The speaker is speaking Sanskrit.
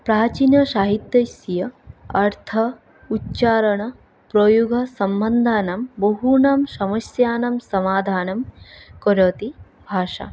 प्राचीनसाहित्यस्य अर्थ उच्चारण प्रोयोग सम्बन्धानां बहूनां समस्यानां समाधानं करोति भाषा